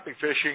fishing